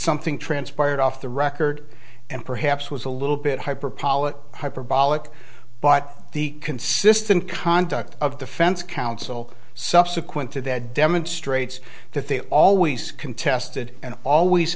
something transpired off the record and perhaps was a little bit hyperbolic hyperbolic but the consistent conduct of the fence counsel subsequent to that demonstrates that they always contested and always